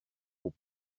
aux